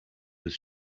his